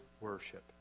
worship